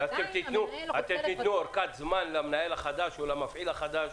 אבל עדיין --- ותיתנו למנהל החדש או למפעיל החדש